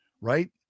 Right